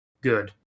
good